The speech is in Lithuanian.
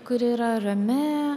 kuri yra rami